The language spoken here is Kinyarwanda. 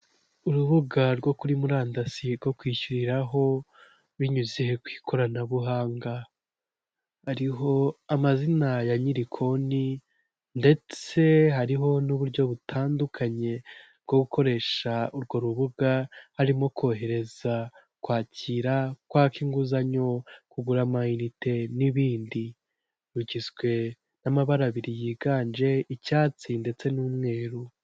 Urubuga rwo kuri murandasi rwo kwishyuriraho; binyuze ku ikoranabuhanga; hariho amazina ya nyiri konti ndetse hariho n'uburyo butandukanye bwo gukoresha urwo rubuga; harimo kohereza, kwakira, kwaka inguzanyo, kugura amayinite n'ibindi; rugizwe n'amabara abiri yiganje icyatsi ndetse n'umweru.